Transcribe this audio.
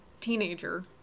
teenager